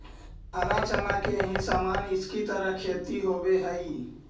हरा चना के ही समान इसकी खेती होवे हई